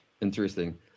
Interesting